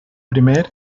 primer